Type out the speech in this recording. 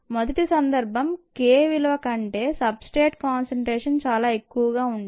మొదటి సందర్భం K విలువ కంటే సబ్ స్ట్రేట్ కాన్సంట్రేషన్ చాలా ఎక్కువగా ఉంటుంది